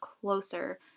closer